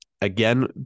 again